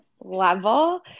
level